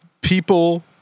people